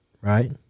right